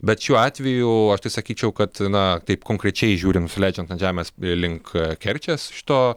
bet šiuo atveju aš tai sakyčiau kad na taip konkrečiai žiūrint nusileidžiant ant žemės bei link kerčės šito